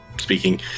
speaking